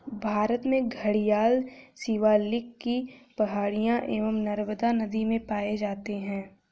भारत में घड़ियाल शिवालिक की पहाड़ियां एवं नर्मदा नदी में पाए जाते हैं